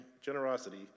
generosity